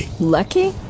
Lucky